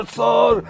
sir